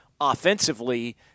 offensively